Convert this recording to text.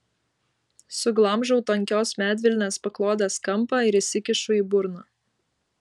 suglamžau tankios medvilnės paklodės kampą ir įsikišu į burną